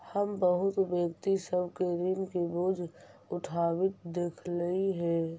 हम बहुत व्यक्ति सब के ऋण के बोझ उठाबित देखलियई हे